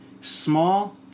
small